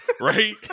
right